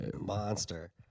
Monster